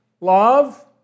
Love